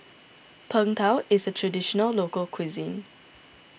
Png Tao is a Traditional Local Cuisine